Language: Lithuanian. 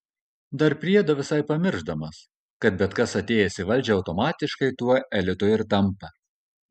dar priedo visai pamiršdamas kad bet kas atėjęs į valdžią automatiškai tuo elitu ir tampa